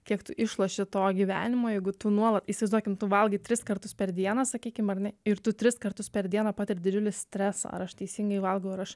kiek tu išloši to gyvenimo jeigu tu nuolat įsivaizduokim tu valgai tris kartus per dieną sakykim ar ne ir tu tris kartus per dieną patiri didžiulį stresą ar aš teisingai valgau ar aš